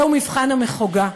זהו "מבחן המחוגה",